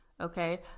Okay